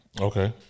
Okay